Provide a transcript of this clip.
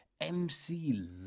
MC